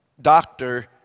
Doctor